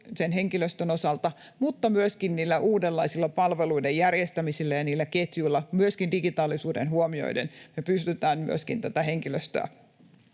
sen henkilöstön osalta, mutta myöskin niillä uudenlaisilla palveluiden järjestämisillä ja niillä ketjuilla, myöskin digitaalisuus huomioiden, me pystytään myöskin tätä henkilöstöä